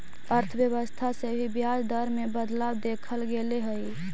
अर्थव्यवस्था से भी ब्याज दर में बदलाव देखल गेले हइ